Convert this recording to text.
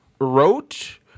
wrote